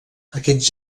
aquests